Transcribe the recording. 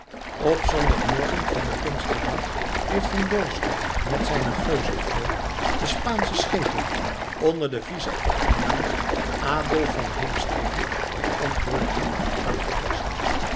op zondagmorgen van den pinksterdag heeft van boisot met zijne geuzenvloot de spaansche schepen onder den vice-admiraal adolf van heemstede bij antwerpen aangetast